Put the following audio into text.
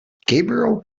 gabriel